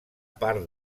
part